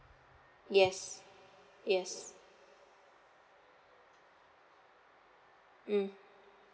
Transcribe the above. yes yes mm